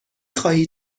خواهی